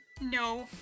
no